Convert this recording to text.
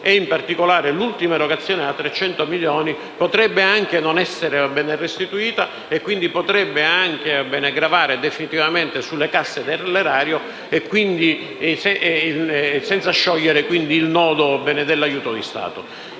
e, in particolare, l'ultima erogazione da 300 milioni potrebbe anche non essere restituita e quindi potrebbe anche gravare definitivamente sulle casse dell'erario, senza sciogliere i nodi dell'aiuto di Stato.